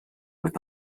with